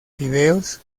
fideos